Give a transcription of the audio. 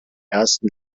ersten